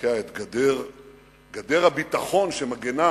לקעקע את גדר הביטחון שמגינה